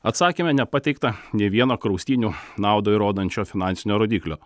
atsakyme nepateikta nė vieno kraustynių naudą įrodančio finansinio rodiklio